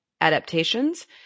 adaptations